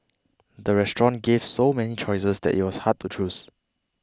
the restaurant gave so many choices that it was hard to choose